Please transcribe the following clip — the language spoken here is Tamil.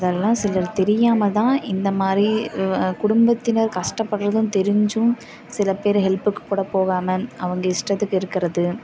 அதெல்லாம் சிலர் தெரியாமல் தான் இந்த மாதிரி குடும்பத்தினர் கஷ்டப்படுறதும் தெரிஞ்சும் சிலப்பேர் ஹெல்ப்புக்கு கூட போகாமல் அவங்க இஷ்டத்துக்கு இருக்கிறது